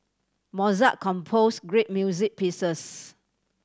Mozart composed great music pieces